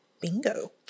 Bingo